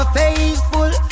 faithful